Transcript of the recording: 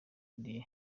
dieu